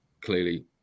clearly